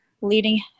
leading